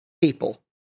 people